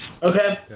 Okay